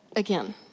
again.